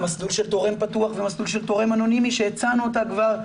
מסלול של תורם פתוח ומסלול של תורם אנונימי שהצענו אותה כבר,